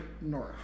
North